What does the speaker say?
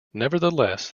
nevertheless